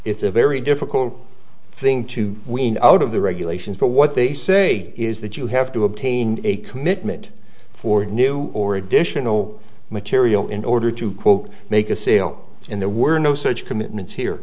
it's a very difficult thing to ween out of the regulations but what they say is that you have to obtain a commitment for new or additional material in order to quote make a sale in there were no such commitments here